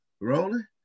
rolling